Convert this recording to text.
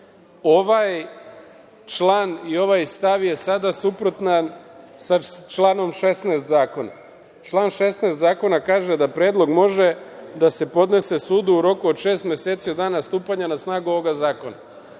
član i ovaj stav je sada suprotan članu 16. zakona. Član 16. zakona kaže da predlog može da se podnese sudu u roku od šest meseci od dana stupanja na snagu ovog zakona.